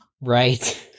right